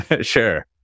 Sure